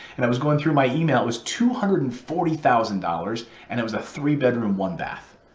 and i was going through my email. it was two hundred and forty thousand dollars, and it was a three bedroom, one bath.